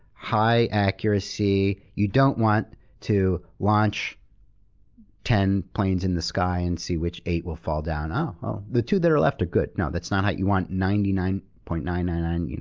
high accuracy. you don't want to launch ten planes in the sky and see which eight will fall down. oh, the two that are left are good. no. that's not how. you want ninety nine point nine nine nine nine. you